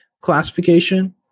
classification